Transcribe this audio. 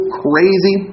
crazy